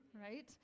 right